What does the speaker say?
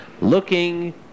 looking